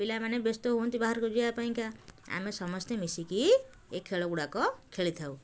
ପିଲାମାନେ ବ୍ୟସ୍ତ ହୁଅନ୍ତି ବାହାରକୁ ଯିବା ପାଇଁକା ଆମେ ସମସ୍ତେ ମିଶିକି ଏଇ ଖେଳଗୁଡ଼ାକ ଖେଳିଥାଉ